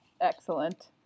Excellent